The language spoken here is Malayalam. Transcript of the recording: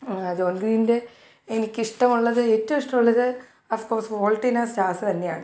ജോൺ ഗ്രീന്റെ എനിക്കിഷ്ടമുള്ളത് ഏറ്റോം ഇഷ്ടമുള്ളത് of course fault in our stars തന്നെയാണ്